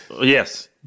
Yes